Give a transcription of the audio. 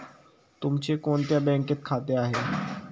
तुमचे कोणत्या बँकेत खाते आहे?